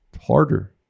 harder